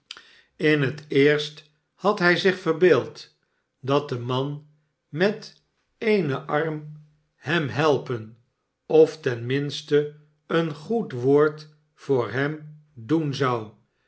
in het eerst had hij zich verbeeld dat de man met eenen arm hem helpen of ten minste een goed woord voor hem doen zou